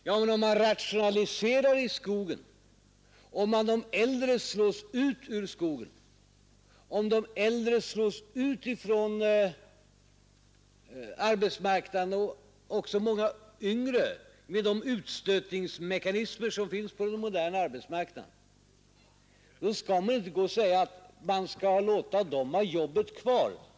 Ja, men om man rationaliserar i skogen och om de äldre slås ut ur skogen, slås ut från arbetsmarknaden — och även många av de yngre — med de utstötningsmekanismer som finns på den moderna arbetsmarknaden, då skall man inte gå och säga att de har jobbet kvar.